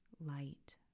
light